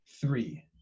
three